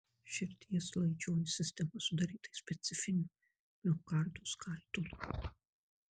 širdies laidžioji sistema sudaryta iš specifinių miokardo skaidulų